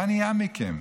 מה נהיה מכם?